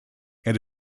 and